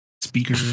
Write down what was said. speaker